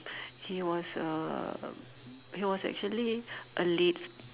he was uh he was actually a late